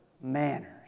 manners